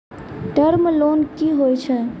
Term loan कि होय छै?